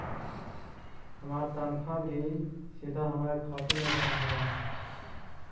हमार तनख्वा भी सीधा हमारे खाते में जमा होवअ हई